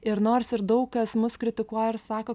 ir nors ir daug kas mus kritikuoja ir sako